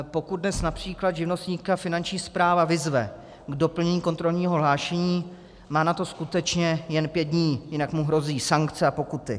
Pokud dnes například živnostníka Finanční správa vyzve k doplnění kontrolního hlášení, má na to skutečně jen pět dní, jinak mu hrozí sankce a pokuty.